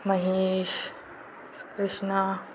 Mahesh Krishna